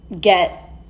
get